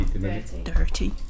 Dirty